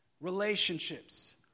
relationships